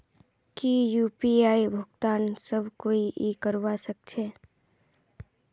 की यु.पी.आई भुगतान सब कोई ई करवा सकछै?